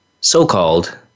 so-called